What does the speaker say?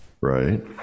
Right